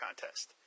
contest